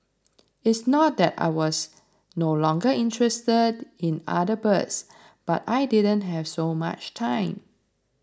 it's not that I was no longer interested in other birds but I didn't have so much time